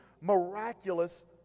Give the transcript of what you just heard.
miraculous